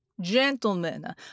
Gentlemen